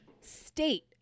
state